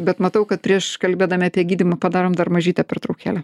bet matau kad prieš kalbėdami apie gydymą padarom dar mažytę pertraukėlę